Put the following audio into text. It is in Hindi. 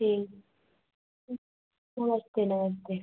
ठीक नमस्ते नमस्ते